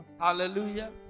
Hallelujah